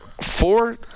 four